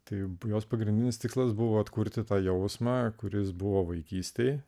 tai jos pagrindinis tikslas buvo atkurti tą jausmą kuris buvo vaikystėje